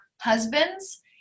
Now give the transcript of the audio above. husbands